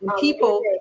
people